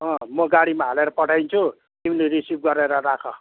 म गाडीमा हालेर पठाइदिन्छु तिमीले रिसिभ गरेर राख